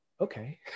okay